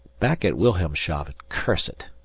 back at wilhelmshaven curse it!